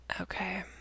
Okay